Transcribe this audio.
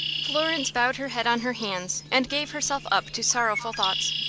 florence bowed her head on her hands, and gave herself up to sorrowful thoughts.